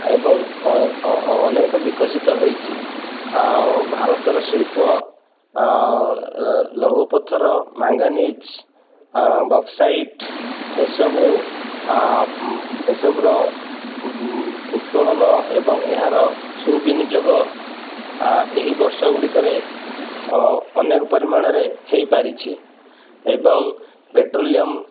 ଏବଂ ଅନେକ ବିକଶିତ ହେଇଛି ଆଉ ଭାରତର ଶିଳ୍ପ ଲୌହ ପଥର ମାଙ୍ଗାନିଜ୍ ବକ୍ସାଇଟ୍ ଏସବୁ ଏସବୁର ଉତ୍ତୋଳନ ଏବଂ ଏହାର ସୁବନିଯୋଗ ଏହି ବର୍ଷଗୁଡ଼ିକରେ ଅନେକ ପରିମାଣରେ ହେଇ ପାରିଛି ଏବଂ ପେଟ୍ରୋଲିୟମ୍